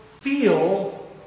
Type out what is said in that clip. feel